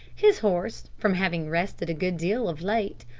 his horse, from having rested a good deal of late,